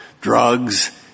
drugs